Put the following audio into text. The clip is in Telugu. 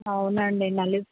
అవునండి మళ్ళీ